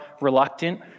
reluctant